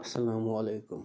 السلام علیکُم